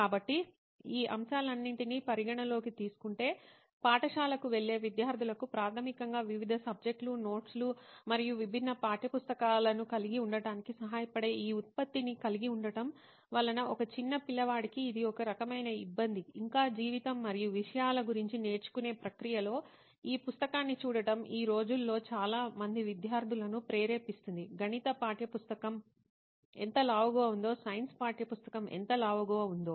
కాబట్టి ఈ అంశాలన్నింటినీ పరిగణనలోకి తీసుకుంటే పాఠశాలకు వెళ్లే విద్యార్థులకు ప్రాథమికంగా వివిధ సబ్జెక్ట్లు నోట్స్లు మరియు విభిన్న పాఠ్యపుస్తకాలను కలిగి ఉండటానికి సహాయపడే ఈ ఉత్పత్తిని కలిగి ఉండటం వలన ఒక చిన్న పిల్లవాడికి ఇది ఒక రకమైన ఇబ్బంది ఇంకా జీవితం మరియు విషయాల గురించి నేర్చుకునే ప్రక్రియలో ఈ పుస్తకాన్ని చూడటం ఈ రోజుల్లో చాలా మంది విద్యార్థులను ప్రేరేపిస్తుంది గణిత పాఠ్యపుస్తకం ఎంత లావుగా ఉందో సైన్స్ పాఠ్యపుస్తకం ఎంత లావుగా ఉందో